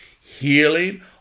healing